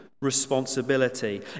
responsibility